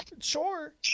Sure